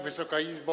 Wysoka Izbo!